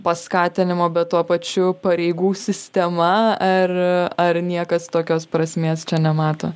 paskatinimo bet tuo pačiu pareigų sistema ar ar niekas tokios prasmės čia nemato